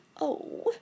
Oh